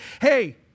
hey